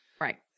Right